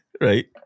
Right